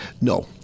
no